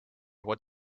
what